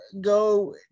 go